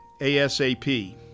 ASAP